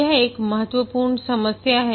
यह एक महत्वपूर्ण समस्या है